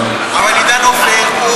אבל עידן עופר,